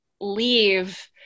leave